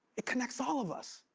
it connects all of us.